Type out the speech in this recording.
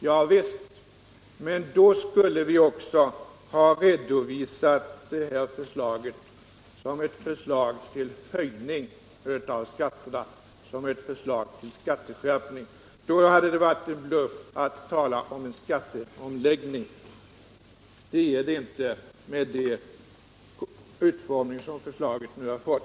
Ja, men då skulle vi också ha redovisat det här förslaget som ett förslag till höjning av skatterna, som ett förslag till skatteskärpning. Då hade det varit en bluff att tala om en skatteomläggning, men det är det inte med den utgångspunkt som förslaget nu har fått.